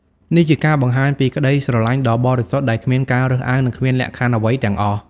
នេះជាការបង្ហាញពីក្តីស្រឡាញ់ដ៏បរិសុទ្ធដែលគ្មានការរើសអើងនិងគ្មានលក្ខខណ្ឌអ្វីទាំងអស់។